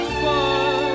fun